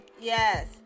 Yes